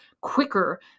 quicker